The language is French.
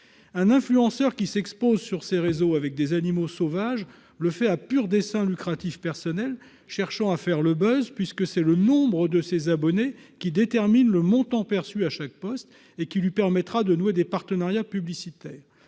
un influenceur, qui s'expose sur ses réseaux avec des animaux sauvages le fait à pur dessin lucratif personnel cherchant à faire le buz puisque c'est le nombre de ses abonnés qui détermine le montant perçu à chaque poste et qui lui permettra de nouer des partenariats publicitaires